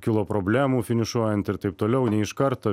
kilo problemų finišuojant ir taip toliau ne iš karto